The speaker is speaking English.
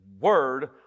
word